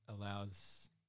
allows